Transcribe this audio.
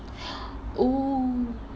oh